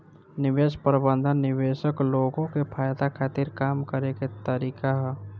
निवेश प्रबंधन निवेशक लोग के फायदा खातिर काम करे के तरीका ह